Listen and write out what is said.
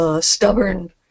stubborn